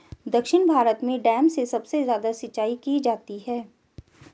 दक्षिण भारत में डैम से सबसे ज्यादा सिंचाई की जाती है